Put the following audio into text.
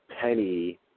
Penny